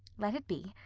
let it be.